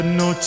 no